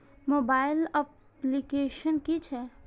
Mobile application कि छै?